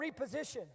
reposition